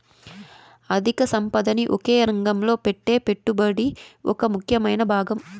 అధిక సంపదని ఒకే రంగంలో పెట్టే పెట్టుబడి ఒక ముఖ్యమైన భాగం